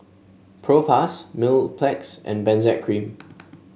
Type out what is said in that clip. Propass Mepilex and Benzac Cream